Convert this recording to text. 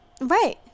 right